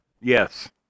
Yes